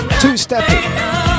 two-stepping